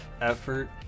effort